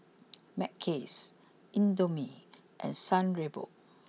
Mackays Indomie and San Remo